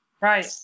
Right